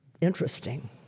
interesting